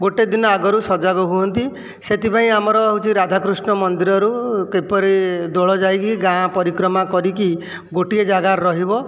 ଗୋଟିଏ ଦିନ ଆଗରୁ ସଜଗ ହୁଅନ୍ତି ସେଥିପାଇଁ ଆମର ହେଉଛି ରାଧାକୃଷ୍ଣ ମନ୍ଦିରରୁ କିପରି ଦୋଳ ଯାଇକି ଗାଁ ପରିକ୍ରମା କରିକି ଗୋଟିଏ ଜାଗାରେ ରହିବ